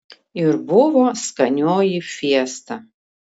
ir buvo skanioji fiesta